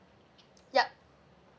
yup